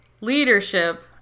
leadership